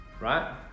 Right